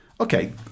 okay